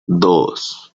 dos